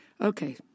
Okay